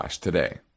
today